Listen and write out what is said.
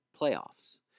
playoffs